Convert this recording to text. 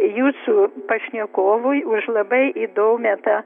jūsų pašnekovui už labai įdomią tą